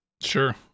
Sure